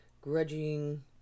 grudging